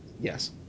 Yes